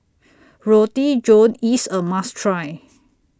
Roti John IS A must Try